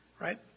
right